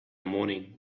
morning